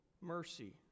mercy